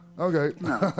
Okay